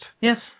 Yes